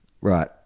Right